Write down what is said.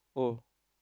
oh